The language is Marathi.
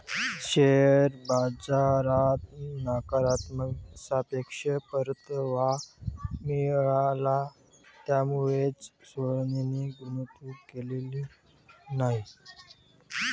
शेअर बाजारात नकारात्मक सापेक्ष परतावा मिळाला, त्यामुळेच सोहनने गुंतवणूक केली नाही